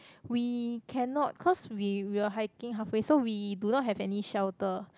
we cannot cause we we were hiking half way so we do not have any shelter